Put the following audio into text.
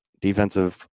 defensive